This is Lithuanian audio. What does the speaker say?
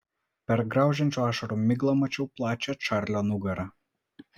per graužiančių ašarų miglą mačiau plačią čarlio nugarą